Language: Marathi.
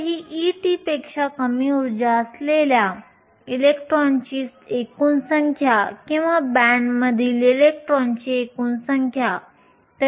तर ही ET पेक्षा कमी उर्जा असलेल्या इलेक्ट्रॉनची एकूण संख्या किंवा बँडमधील इलेक्ट्रॉनची एकूण संख्या आहे